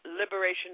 Liberation